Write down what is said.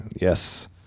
Yes